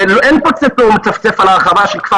ואין פוצה פה ומצפצף על ההרחבה של כפר